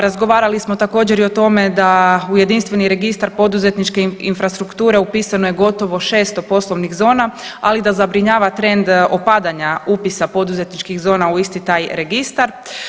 Razgovarali smo također i o tome da u jedinstveni registar poduzetničke infrastrukture upisano je gotovo 600 poslovnih zona, ali da zabrinjava trend opadanja upisa poduzetničkih zona u isti taj registar.